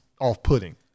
off-putting